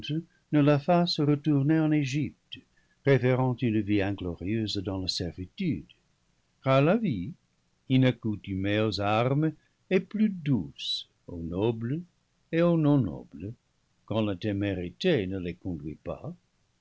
ne la fasse retourner en egypte préférant une vie inglorieuse dans la servitude car la vie inaccoutumée aux armes est plus douce au noble et au non noble quand la témérité ne les con duit pas